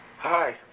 Hi